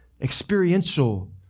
experiential